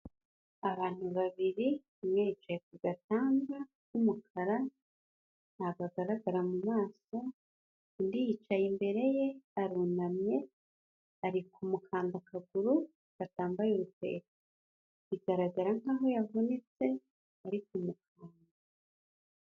Abantu babiri, umwe yicaye ku gatanda k'umukara ntabwo agaragara mumaso, undi yicaye imbere ye arunamye ari kumukanda akaguru katambaye urukweto, bigaragara nkaho yavunitse ariko kumukanda.